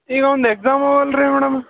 ಈಗ ಅವ್ನ್ದು ಎಕ್ಸಾಮ್ ಅವಲ್ರೀ ಮೇಡಮ್